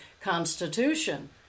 Constitution